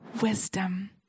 wisdom